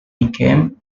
became